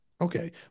Okay